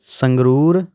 Sangrur